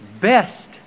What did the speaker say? best